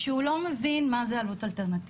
כשהוא לא מבין מה זה עלות אלטרנטיבית.